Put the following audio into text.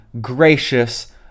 gracious